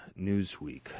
Newsweek